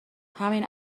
همین